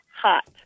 hot